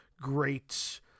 great